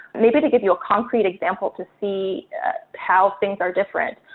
maybe to give you a concrete example, to see how things are different.